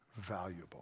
valuable